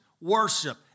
worship